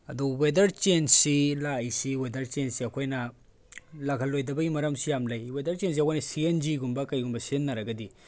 ꯑꯗꯣ ꯋꯦꯗꯔ ꯆꯦꯟꯖꯁꯤ ꯂꯥꯛꯏꯁꯤ ꯋꯦꯗꯔ ꯆꯦꯟꯖꯁꯦ ꯑꯩꯈꯣꯏꯅ ꯂꯥꯛꯍꯜꯂꯣꯏꯗꯕꯒꯤ ꯃꯔꯝꯁꯤ ꯌꯥꯝ ꯂꯩ ꯋꯦꯗꯔ ꯆꯦꯟꯖꯁꯦ ꯑꯩꯈꯣꯏꯅ ꯁꯤ ꯑꯦꯟ ꯖꯤꯒꯨꯝꯕ ꯀꯩꯒꯨꯝꯕ ꯁꯤꯖꯤꯟꯅꯔꯒꯗꯤ